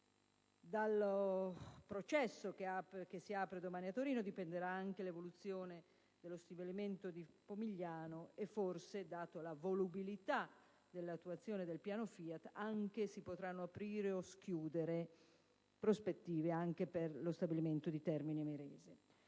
Dal processo che si apre domani a Torino dipenderà anche l'evoluzione dello stabilimento di Pomigliano e forse - data la volubilità dell'attuazione del piano FIAT - si potranno aprire o chiudere prospettive anche per lo stabilimento di Termini Imerese.